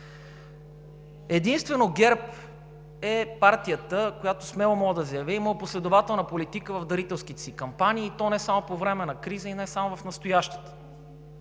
Единствено ГЕРБ е партията, която – смело може да заявим, е имала последователна политика в дарителските си кампании, и то не само по време на криза и не само в настоящата.